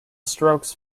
strokes